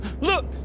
Look